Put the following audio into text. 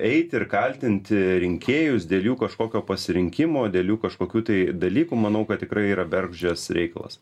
eiti ir kaltinti rinkėjus dėl jų kažkokio pasirinkimo dėl jų kažkokių tai dalykų manau kad tikrai yra bergždžias reikalas